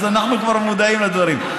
אז אנחנו כבר מודעים לדברים.